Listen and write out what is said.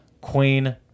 Queen